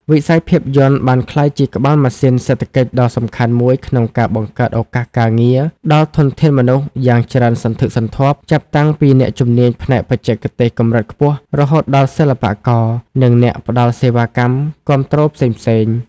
វិស័យភាពយន្តបានក្លាយជាក្បាលម៉ាស៊ីនសេដ្ឋកិច្ចដ៏សំខាន់មួយក្នុងការបង្កើតឱកាសការងារដល់ធនធានមនុស្សយ៉ាងច្រើនសន្ធឹកសន្ធាប់ ចាប់តាំងពីអ្នកជំនាញផ្នែកបច្ចេកទេសកម្រិតខ្ពស់ រហូតដល់សិល្បករ និងអ្នកផ្ដល់សេវាកម្មគាំទ្រផ្សេងៗ។